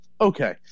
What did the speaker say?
Okay